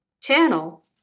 channel